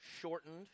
shortened